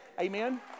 Amen